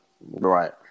Right